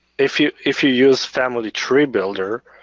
if you if you use family tree builder,